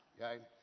Okay